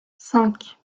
cinq